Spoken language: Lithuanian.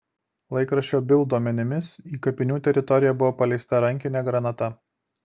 laikraščio bild duomenimis į kapinių teritoriją buvo paleista rankinė granata